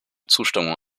zustimmung